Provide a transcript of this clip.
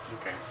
Okay